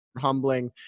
humbling